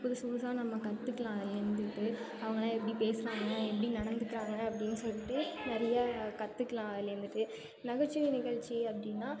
புதுசு புதுசாக நம்ம கற்றுக்கலாம் அதில் இருந்துக்கிட்டு அவங்களாம் எப்படி பேசுனாங்கள் எப்படி நடந்துக்கிறாங்க அப்படின்னு சொல்லிட்டு நிறையா கற்றுக்கலாம் அதில் இருந்துட்டு நகைச்சுவை நிகழ்ச்சி அப்படின்னா